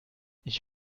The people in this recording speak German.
ich